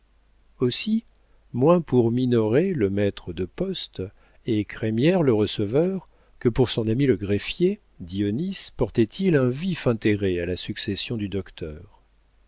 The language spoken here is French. aussi moins pour minoret le maître de poste et crémière le receveur que pour son ami le greffier dionis portait il un vif intérêt à la succession du docteur